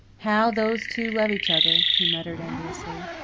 how those two love each other! he muttered enviously.